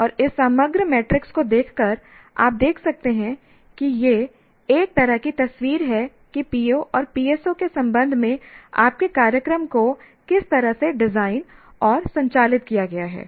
और इस समग्र मैट्रिक्स को देखकर आप देख सकते हैं कि यह एक तरह की तस्वीर है कि PO और PSO के संबंध में आपके कार्यक्रम को किस तरह से डिजाइन और संचालित किया गया है